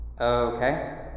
Okay